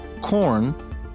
corn